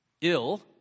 ill